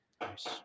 Nice